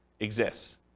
exists